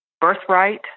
birthright